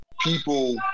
people